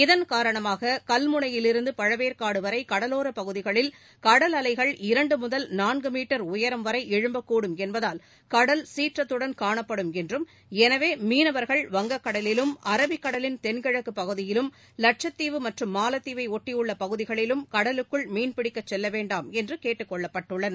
இதன் காரணமாககல்முனையிலிருந்துபழவேற்காடுவரைகடலோரப் பகுதிகளில் கடல் அலைகள் இரண்டுமுதல் நான்குமீட்டர் உயரம் வரைஎழும்பக்கூடும் என்பதால் கடல் சீற்றத்துடன் காணப்படும் என்றம் எனவேமீனவர்கள் வங்கக் கடலிலும் அரபிக்கடலின் தென்கிழக்குபகுதியிலும் லட்சத்தீவு மற்றம் மாலத்தீவைஒட்டியுள்ளபகுதிகளிலும் கடலுக்குள் பிடிக்கச் செல்லவேண்டாம் மீன் என்றுகேட்டுக்கொள்ளப்பட்டுள்ளனர்